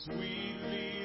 Sweetly